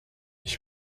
ich